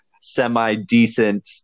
semi-decent